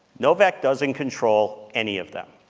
novak doesn't control any of them.